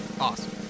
Awesome